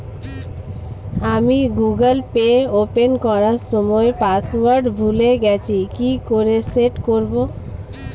আমি Google Pay open করার সময় পাসওয়ার্ড ভুলে গেছি কি করে সেট করব?